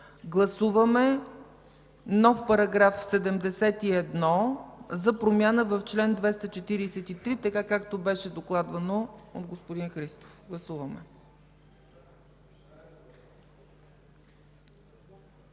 Гласуваме нов § 71 за промяна в чл. 243, както беше докладвано от господин Христов. Гласували